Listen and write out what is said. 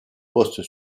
poste